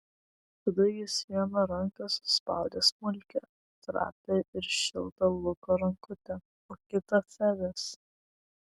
tada jis viena ranka suspaudė smulkią trapią ir šiltą luko rankutę o kita febės